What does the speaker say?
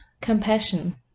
compassion